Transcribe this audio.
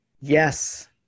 yes